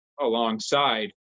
alongside